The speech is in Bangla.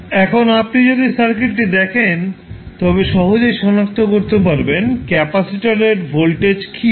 এখন আপনি যদি সার্কিটটি দেখেন তবে সহজেই সনাক্ত করতে পারবেন ক্যাপাসিটরের ভোল্টেজ কী হবে